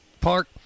Park